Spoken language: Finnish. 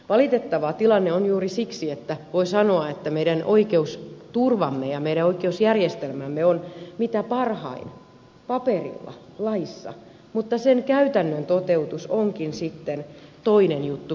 valitettava tilanne on juuri siksi että voi sanoa että meidän oikeusturvamme ja meidän oikeusjärjestelmämme on mitä parhain paperilla laissa mutta sen käytännön toteutus onkin sitten toinen juttu